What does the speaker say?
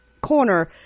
corner